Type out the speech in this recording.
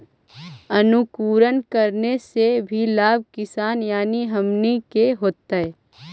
अंकुरण करने से की लाभ किसान यानी हमनि के होतय?